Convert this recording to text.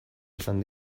esan